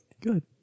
good